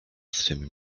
swym